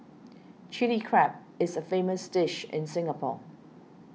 Chilli Crab is a famous dish in Singapore